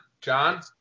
John